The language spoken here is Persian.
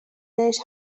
بهش